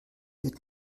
wird